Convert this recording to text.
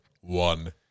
one